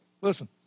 listen